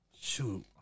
shoot